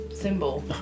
symbol